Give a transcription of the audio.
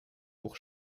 pour